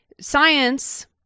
science